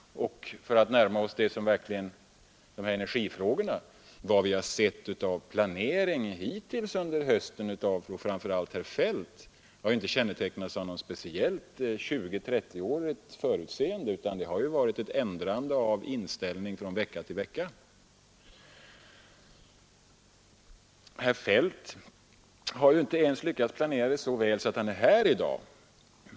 Och — för att närma oss energifrågorna — vad vi har sett av framför allt herr Feldts planering under hösten har inte kännetecknats av ett 20—30-årigt förutseende utan det har varit ett ändrande av inställning från vecka till vecka. Herr Feldt har inte ens lyckats planera det så väl att han är här i dag.